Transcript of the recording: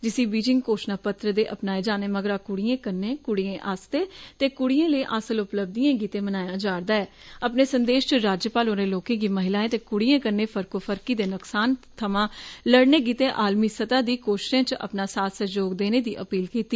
जिसी ठमपरपदह घोशणा पत्र दे अपनाए जाने मगरा कुड़ियें कन्नै कुड़ियें आसेआ ते कुड़ियें लेई हासल उपलब्धियें गित्ते मनाया जा'रदा ऐ अपने सन्देष च राज्यपाल होरें लोकें गी महिलाएं ते कुड़ियें कन्नै फर्को फरकी दे नुक्सान थमां लड़ने गित्ते आलमी सतह दी कोषिषें च अपना साथ सहयोग देने दी अपील कीती